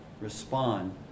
respond